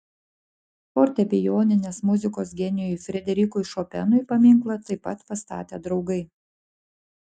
fortepijoninės muzikos genijui frederikui šopenui paminklą taip pat pastatė draugai